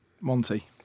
Monty